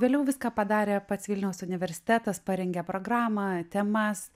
vėliau viską padarė pats vilniaus universitetas parengė programą temas